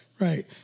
right